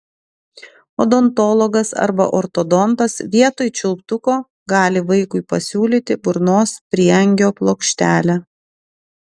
odontologas arba ortodontas vietoj čiulptuko gali vaikui pasiūlyti burnos prieangio plokštelę